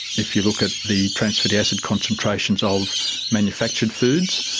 if you look at the trans fatty acid concentrations of manufactured foods,